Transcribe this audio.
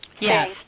Yes